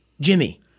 Jimmy